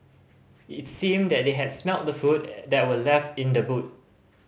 it seemed that they had smelt the food that were left in the boot